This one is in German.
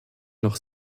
noch